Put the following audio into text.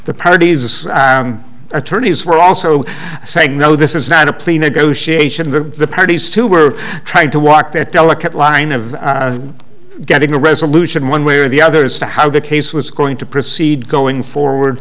the parties attorneys were also saying no this is not a plea negotiation the parties too were trying to walk that delicate line of getting a resolution one way or the other is to how the case was going to proceed going forward